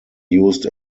used